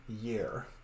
year